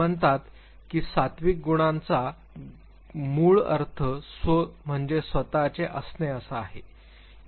ते म्हणतात की सात्त्विक गुनाचा मूळ अर्थ स्व म्हणजे स्वताचे असणे असा आहे